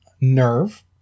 Nerve